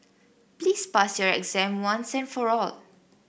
please pass your exam once and for all